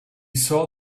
saw